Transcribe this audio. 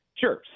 Sure